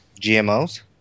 GMOs